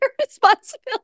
responsibility